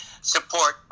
support